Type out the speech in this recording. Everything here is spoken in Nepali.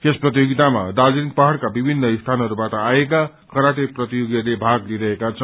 यस प्रतियोगितामा दार्जीलिङ पहाङका विभिन्न स्थनहरूबाट आएका कराटे प्रतियोगिहरूले भाग लिई रहेका छन्